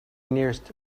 nearest